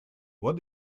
what